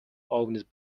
owned